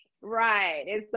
Right